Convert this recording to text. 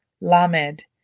Lamed